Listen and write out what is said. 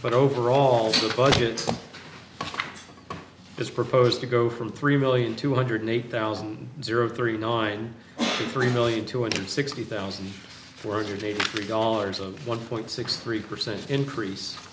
but overall the budget has proposed to go from three million two hundred eight thousand zero three nine to three million two hundred sixty thousand four hundred eighty three dollars of one point six three percent increase